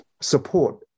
support